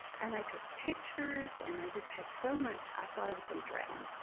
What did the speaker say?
and i took pictures and i just had so much, i thought i was going to drown.